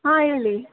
ಹಾಂ ಹೇಳಿ